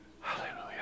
Hallelujah